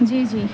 جی جی